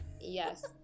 Yes